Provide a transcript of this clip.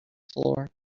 floor